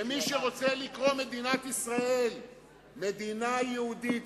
ומי שרוצה לקרוא למדינת ישראל מדינה יהודית,